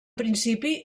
principi